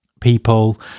people